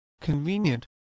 convenient